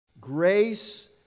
Grace